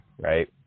right